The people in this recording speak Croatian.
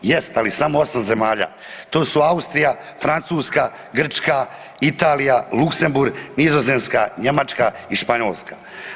Jest ali samo 8 zemalja to su Austrija, Francuska, Grčka, Italija, Luxemburg, Nizozemska, Njemačka i Španjolska.